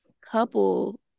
couple